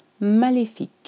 Maléfique